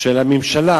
של הממשלה,